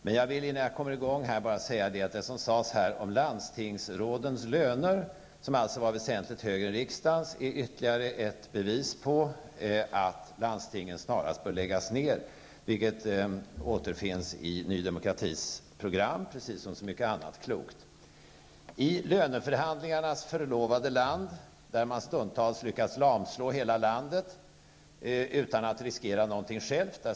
Men jag vill genast säga att det som sades om landstingsrådens löner -- som alltså är väsentligt högre än riksdagsledamöternas -- är ytterligare ett bevis på att landstingen snarast bör läggas ned, vilket återfinns i Ny Demokratis program tillsammans med mycket annat klokt. Vi lever i löneförhandlingarnas förlovade land. Där lyckas man stundtals lamslå hela landet utan att riskera någonting själv.